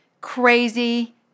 crazy